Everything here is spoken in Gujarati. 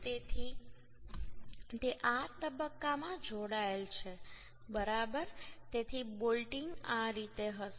તેથી તે આ તબક્કામાં જોડાયેલ છે બરાબર તેથી બોલ્ટિંગ આ રીતે હશે